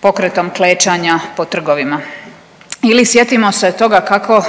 pokretom klečanja po trgovima. Ili sjetimo se toga kako